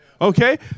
Okay